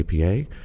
APA